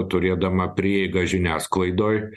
turėdama prieigą žiniasklaidoj